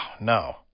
no